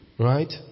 Right